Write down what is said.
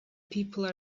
people